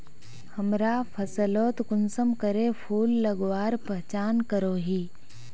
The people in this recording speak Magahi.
हमरा फसलोत कुंसम करे फूल लगवार पहचान करो ही?